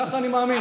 ככה אני מאמין.